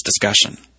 discussion